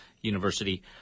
University